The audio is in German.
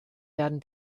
werden